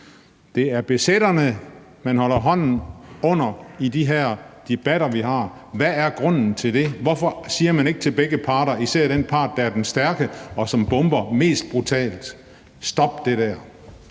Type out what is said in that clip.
Det er besætterne, man holder hånden under i de her debatter, vi har. Hvad er grunden til det? Hvorfor siger man ikke til begge parter og især den part, der er den stærke, og som bomber mest brutalt: Stop det der?